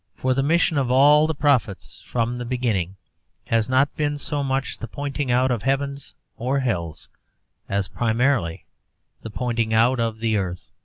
for the mission of all the prophets from the beginning has not been so much the pointing out of heavens or hells as primarily the pointing out of the earth.